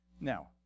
Now